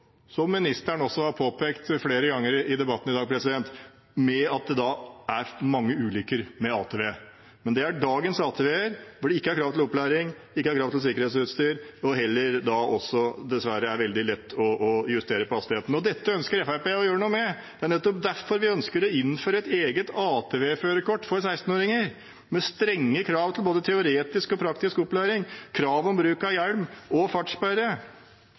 som ministeren også har påpekt flere ganger i debatten i dag – ved at det er mange ulykker med ATV. Men det er dagens ATV-er, der det ikke er krav til opplæring, ikke krav til sikkerhetsutstyr og dessverre også veldig lett å justere på hastigheten. Dette ønsker Fremskrittspartiet å gjøre noe med. Det er nettopp derfor vi ønsker å innføre et eget ATV-førerkort for 16-åringer, med strenge krav til både teoretisk og praktisk opplæring, krav om bruk av hjelm og fartssperre.